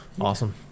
Awesome